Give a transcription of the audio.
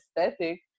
aesthetic